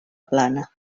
plana